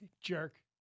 jerk